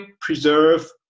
preserve